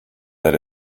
that